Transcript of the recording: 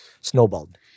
snowballed